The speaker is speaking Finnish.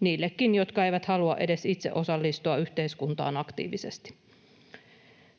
niillekin, jotka eivät halua edes itse osallistua yhteiskuntaan aktiivisesti.